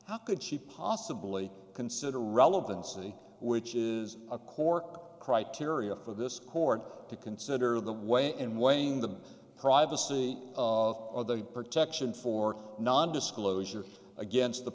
how could she possibly consider relevancy which is a cork criteria for this court to consider the way and weighing the privacy of all the protection for non disclosure against the